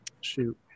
shoot